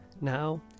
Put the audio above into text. now